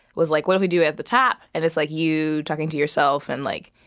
was like, what if we do it at the top, and it's like you talking to yourself and, like,